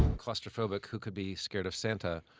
claustrophobic? who could be scared of santa?